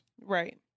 Right